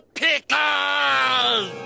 pickles